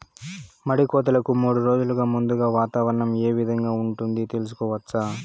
మడి కోతలకు మూడు రోజులు ముందుగా వాతావరణం ఏ విధంగా ఉంటుంది, తెలుసుకోవచ్చా?